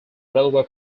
railway